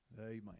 Amen